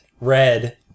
Red